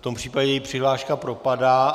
V tom případě její přihláška propadá.